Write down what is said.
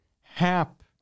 Hap